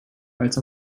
als